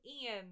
Ian